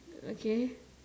okay